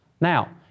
Now